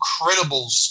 incredible